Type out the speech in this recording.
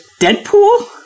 Deadpool